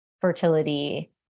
fertility